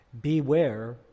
beware